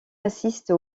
assiste